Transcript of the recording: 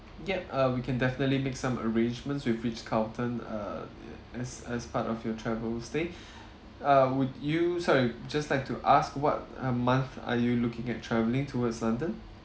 ya uh we can definitely make some arrangements with ritz carlton uh uh as as part of your travel stay uh would you sorry just like to ask what uh month are you looking at travelling towards london